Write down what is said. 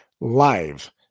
live